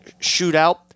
shootout